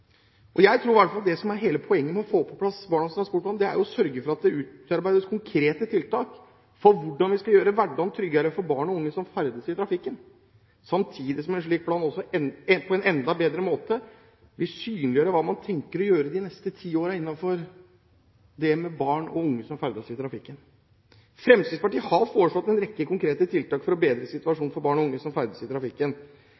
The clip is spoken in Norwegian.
Jeg tror i hvert fall at det som er hele poenget med å få på plass barnas transportplan, er å sørge for at det utarbeides konkrete tiltak for hvordan vi skal gjøre hverdagen tryggere for barn og unge som ferdes i trafikken, samtidig som en slik plan på en enda bedre måte vil synliggjøre hva man tenker å gjøre de neste ti årene for barn og unge som ferdes i trafikken. Fremskrittspartiet har foreslått en rekke konkrete tiltak for å bedre